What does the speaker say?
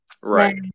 Right